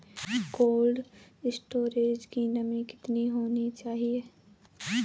Cold storage की नमी कितनी होनी चाहिए?